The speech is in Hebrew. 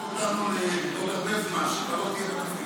לדחות אותנו לעוד הרבה זמן, כשכבר לא תהיה בתפקיד.